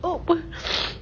!oops!